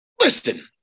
Listen